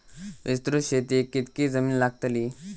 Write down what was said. विस्तृत शेतीक कितकी जमीन लागतली?